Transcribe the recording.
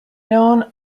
known